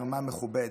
ערמה מכובדת,